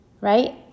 right